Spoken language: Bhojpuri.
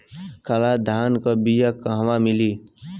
काला धान क बिया कहवा मिली?